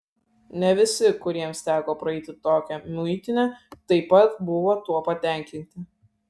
ne visi kuriems teko praeiti tokią muitinę taip pat buvo tuo patenkinti